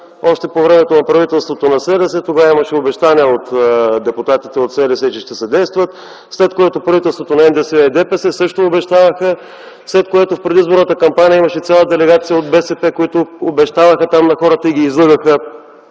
още по времето на правителството на СДС. Тогава имаше обещание от депутатите от СДС, че ще съдействат, след което правителството на НДСВ и ДПС също обещаваха, след което в предизборната кампания имаше цяла делегация от БСП, които обещаваха там на хората и ги излъгаха,